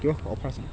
কিবা অফ আছে